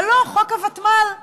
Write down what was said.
אבל לא, חוק הוותמ"ל חשוב,